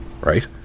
right